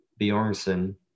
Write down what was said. Bjornsson